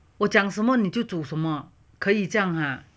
我讲什么你就煮什么可以这样啊